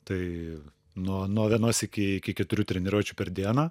tai nuo nuo vienos iki iki keturių treniruočių per dieną